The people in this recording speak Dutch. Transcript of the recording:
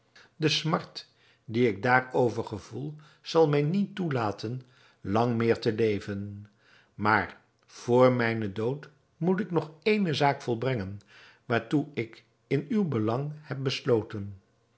de smart die ik daarover gevoel zal mij niet toelaten lang meer te leven maar vr mijnen dood moet ik nog ééne zaak volbrengen waartoe ik in uw belang heb besloten